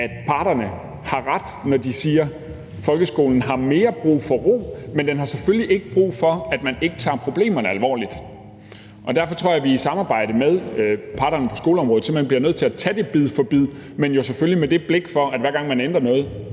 at parterne har ret, når de siger, at folkeskolen mere har brug for ro, men den har selvfølgelig ikke brug for, at man ikke tager problemerne alvorligt. Derfor tror jeg, vi i samarbejde med parterne på skoleområdet simpelt hen bliver nødt til at tage det bid for bid, men jo selvfølgelig med blik for, at hver gang man ændrer noget,